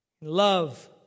Love